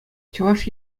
чӑваш